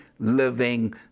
living